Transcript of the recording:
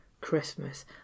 Christmas